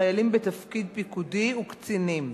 חיילים בתפקיד פיקודי וקצינים.